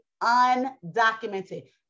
undocumented